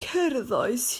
cerddais